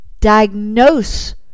diagnose